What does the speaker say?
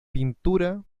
pintura